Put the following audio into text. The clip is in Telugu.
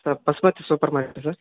సార్ పసుపర్తి సూపర్ మార్కెటా సార్